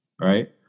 Right